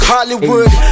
Hollywood